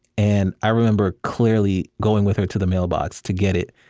and i remember clearly, going with her to the mailbox to get it,